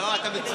לא, אתה מצוין.